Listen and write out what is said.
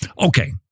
okay